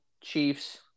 Chiefs